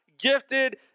gifted